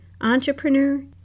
entrepreneur